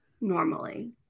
normally